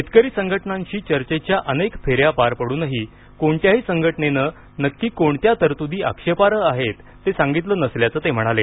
शेतकरी संघटनांशी चर्चेच्या अनेक फेऱ्या पार पडूनही कोणत्याही संघटनेनं नक्की कोणत्या तरतुदी आक्षेपार्ह आहेत ते सांगितलं नसल्याचं ते म्हणाले